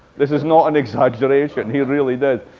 this is not an exaggeration. he really did.